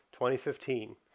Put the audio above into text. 2015